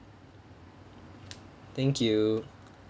thank you